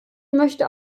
möchte